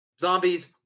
Zombies